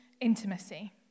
intimacy